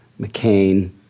McCain